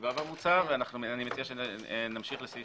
330ו המוצע ואני מציע שנמשיך לסעיף